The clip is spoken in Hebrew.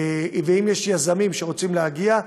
ואם יש יזמים שרוצים להגיע,